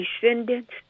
descendants